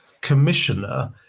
commissioner